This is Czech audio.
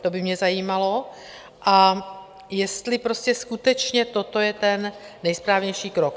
To by mě zajímalo, jestli skutečně toto je ten nejsprávnější krok?